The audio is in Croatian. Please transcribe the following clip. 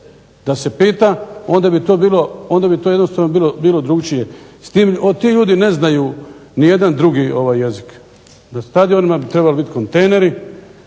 Da se pita onda bi to jednostavno bilo drukčije. Ti ljudi ne znaju nijedan drugi jezik. Na stadionima bi trebali biti kontejneri